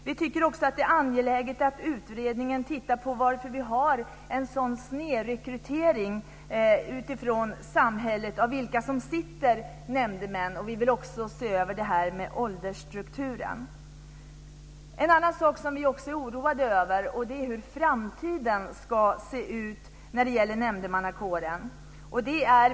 Vi tycker också att det är angeläget att utredningen tittar på varför vi har en sådan snedrekrytering ur samhället när det gäller vilka som sitter nämndeman. Vi vill också se över åldersstrukturen. En annan sak vi är oroade över är hur framtiden ska se ut när det gäller nämndemannakåren.